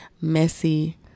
Messy